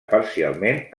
parcialment